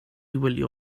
wylio